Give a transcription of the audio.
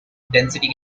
density